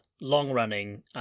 long-running